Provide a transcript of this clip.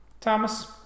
Thomas